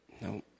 No